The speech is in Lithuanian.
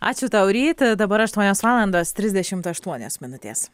ačiū tau ryti dabar aštuonios valandos trisdešimt aštuonios minutės